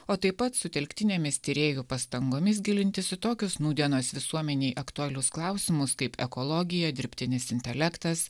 o taip pat sutelktinėmis tyrėjų pastangomis gilintis į tokius nūdienos visuomenei aktualius klausimus kaip ekologija dirbtinis intelektas